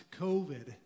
COVID